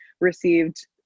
received